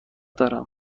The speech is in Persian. دارم